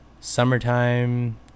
summertime